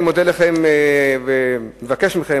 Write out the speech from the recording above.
אני מודה לכם ומבקש מכם,